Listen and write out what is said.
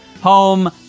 home